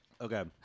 Okay